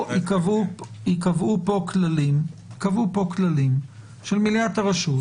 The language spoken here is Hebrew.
ייקבעו פה כללים של מליאת הרשות,